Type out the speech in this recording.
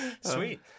Sweet